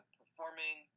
performing